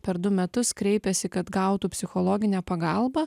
per du metus kreipėsi kad gautų psichologinę pagalbą